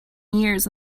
years